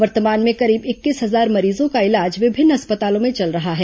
वर्तमान में करीब इक्कीस हजार मरीजों का इलाज विभिन्न अस्पतालों में चल रहा है